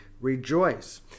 Rejoice